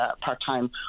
part-time